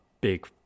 big